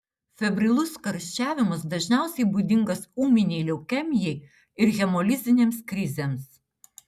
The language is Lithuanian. febrilus karščiavimas dažniausiai būdingas ūminei leukemijai ir hemolizinėms krizėms